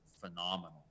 phenomenal